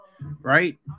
right